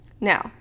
Now